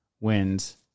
wins